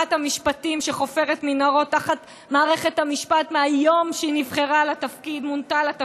ושרת המשפטים חופרת מנהרות תחת מערכת המשפט מהיום שהיא מונתה לתפקיד.